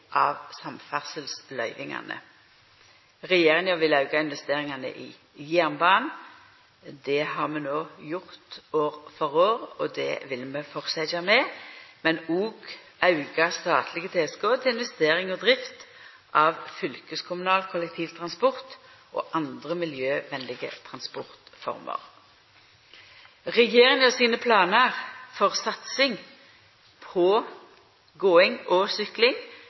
av samferdselsløyvingane. Regjeringa vil auka investeringane i jernbanen. Det har vi no gjort år for år, og det vil vi fortsetja med, men òg auka statlege tilskot til investering i og drift av fylkeskommunal kollektivtransport og andre miljøvenlege transportformer. Regjeringa sine planar for satsing på gåing og sykling,